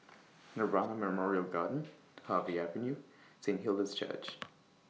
Nirvana Memorial Garden Harvey Avenue Saint Hilda's Church